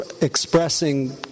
expressing